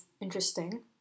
interesting